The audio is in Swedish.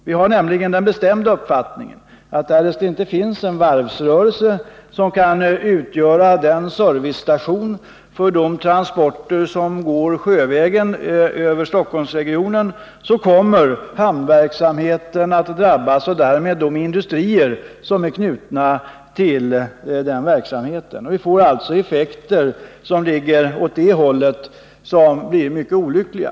Vi har nämligen den bestämda uppfattningen att därest det inte finns en varvsrörelse, som kan utgöra en servicestation för de transporter som går sjövägen över Stockholmsregionen, kommer hamnverksamheten att drabbas och därmed de industrier som är knutna till den verksamheten. Vi får alltså effekter åt det hållet som blir mycket olyckliga.